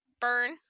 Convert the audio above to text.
burn